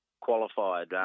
qualified